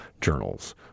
journals